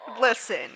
Listen